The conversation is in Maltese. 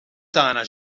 tagħna